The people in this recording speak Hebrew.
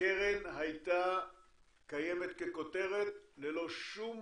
הקרן הייתה קיימת ככותרת ללא שום